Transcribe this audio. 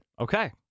Okay